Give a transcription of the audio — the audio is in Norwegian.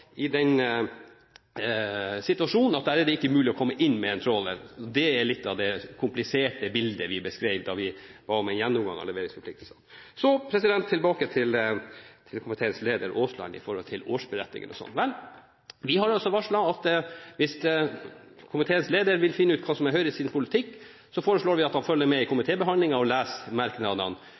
i den situasjonen at der er det ikke mulig å komme inn med en tråler. Det er litt av det kompliserte bildet vi beskrev da vi ba om en gjennomgang av leveringsforpliktelsene. Så tilbake til komiteens leder, Aasland – om årsberetningen osv. Vi har altså varslet at hvis komiteens leder vil finne ut hva som er Høyres politikk, bør han følge med i komitébehandlingen og lese merknadene